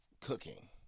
cooking